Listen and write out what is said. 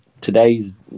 today's